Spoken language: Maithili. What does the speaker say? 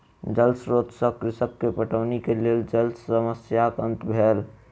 जल स्रोत से कृषक के पटौनी के लेल जल समस्याक अंत भेल